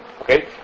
Okay